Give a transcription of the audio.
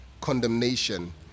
condemnation